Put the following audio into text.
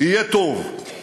יהיה טוב.